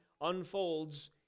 unfolds